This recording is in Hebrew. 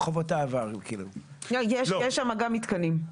יש שם גם מתקנים.